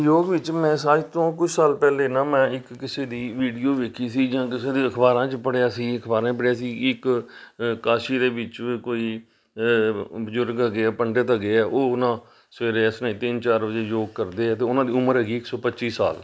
ਯੋਗ ਵਿੱਚ ਮੈਂ ਅੱਜ ਤੋਂ ਕੁਛ ਸਾਲ ਪਹਿਲੇ ਨਾ ਮੈਂ ਇੱਕ ਕਿਸੇ ਦੀ ਵੀਡੀਓ ਦੇਖੀ ਸੀ ਜਾਂ ਕਿਸੇ ਦੀ ਅਖ਼ਬਾਰਾਂ 'ਚ ਪੜ੍ਹਿਆ ਸੀ ਅਖ਼ਬਾਰਾਂ ਪੜ੍ਹਿਆ ਸੀ ਕਿ ਇੱਕ ਕਾਸ਼ੀ ਦੇ ਵਿੱਚ ਕੋਈ ਬਜ਼ੁਰਗ ਹੈਗੇ ਹੈ ਪੰਡਿਤ ਹੈਗੇ ਆ ਉਹ ਨਾ ਸਵੇਰੇ ਇਸ ਤਰ੍ਹਾਂ ਹੀ ਤਿੰਨ ਚਾਰ ਵਜੇ ਯੋਗ ਕਰਦੇ ਆ ਅਤੇ ਉਹਨਾਂ ਦੀ ਉਮਰ ਹੈਗੀ ਇੱਕ ਸੌੌ ਪੱਚੀ ਸਾਲ